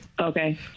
Okay